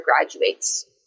graduates